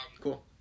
Cool